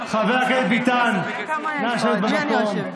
חבר הכנסת ביטן, נא לשבת במקום.